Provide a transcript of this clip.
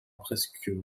presque